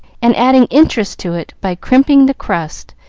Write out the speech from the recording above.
and adding interest to it by crimping the crust,